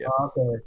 okay